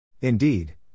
Indeed